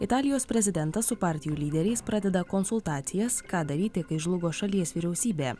italijos prezidentas su partijų lyderiais pradeda konsultacijas ką daryti kai žlugo šalies vyriausybė